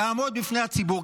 תעמוד בפני הציבור,